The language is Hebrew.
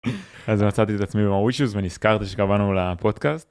אז מצאתי את עצמי במאוריציוס ונזכרתי שקבענו לפודקאסט.